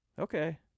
Okay